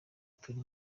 turi